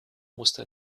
musste